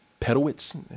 Pedowitz